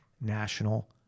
National